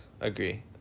agree